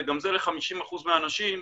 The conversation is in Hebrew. וגם זה ל-50% מהאנשים,